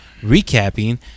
recapping